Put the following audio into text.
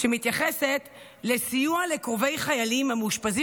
שמתייחסת לסיוע לקרובי חיילים המאושפזים